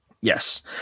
Yes